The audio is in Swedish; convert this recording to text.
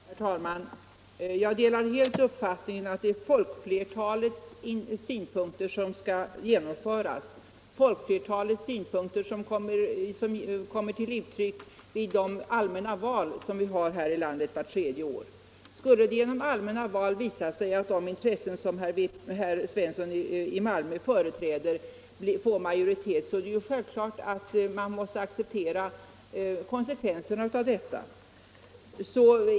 Herr talman! Jag delar helt uppfattningen att det är folkflertalets synpunkter som skall genomföras — folkflertalets synpunkter som kommer till uttryck i de allmänna val vi har här i landet vart tredje år. Skulle det genom allmänna val visa sig att de intressen som herr Svensson i Malmö företräder får majoritet måste man acceptera konsekvenserna av detta.